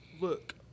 look